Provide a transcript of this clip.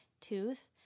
tooth